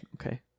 Okay